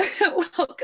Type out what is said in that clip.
Welcome